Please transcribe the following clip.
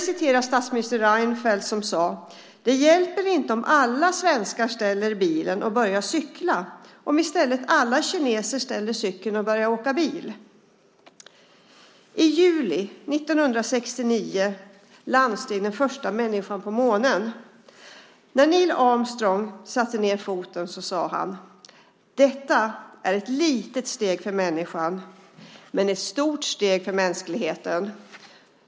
Statsminister Reinfeldt har sagt: Det hjälper inte om alla svenskar ställer bilen och börjar cykla om i stället alla kineser ställer cykeln och börjar åka bil. I juli 1969 landsteg den första människan på månen. När Neil Armstrong satte ned foten sade han: Detta är ett litet steg för människan men ett stort steg för mänskligheten.